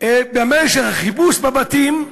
במשך החיפוש בבתים,